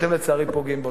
שלצערי אתם פוגעים בו.